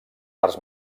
arts